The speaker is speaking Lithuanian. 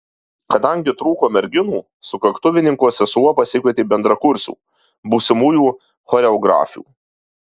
kadangi trūko merginų sukaktuvininko sesuo pasikvietė bendrakursių būsimųjų choreografių